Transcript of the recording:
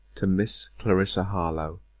to miss clarissa harlowe.